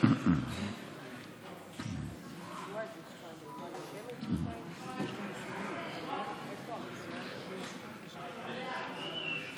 לא